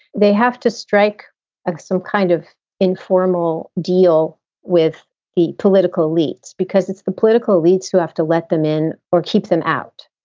they have to strike ah some kind of informal deal with the political elites because it's the political elites who have to let them in or keep them out.